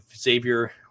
Xavier